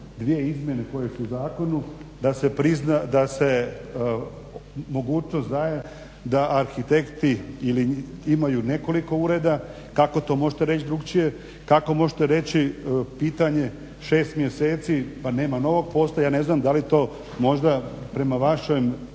dvije izmjene koje su u zakonu da se mogućnost daje da arhitekti ili imaju nekoliko ureda. Kako to možete reći drukčije. Kako možete reći pitanje šest mjeseci pa nema novog posla. Ja ne znam da li to možda prema vašem